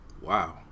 Wow